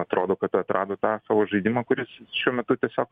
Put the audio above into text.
atrodo kad atrado tą savo žaidimą kuris šiuo metu tiesiog